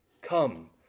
come